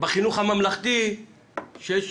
בחינוך הממלכתי שיש